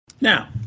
Now